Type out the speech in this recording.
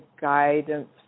guidance